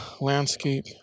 landscape